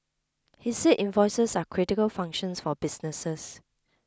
he said invoices are critical functions for businesses